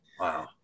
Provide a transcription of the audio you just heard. Wow